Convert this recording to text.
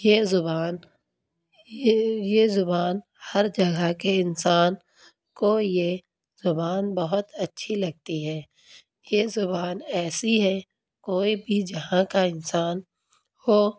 یہ زبان یہ یہ زبان ہر جگہ کے انسان کو یہ زبان بہت اچھی لگتی ہے یہ زبان ایسی ہے کوئی بھی جہاں کا انسان وہ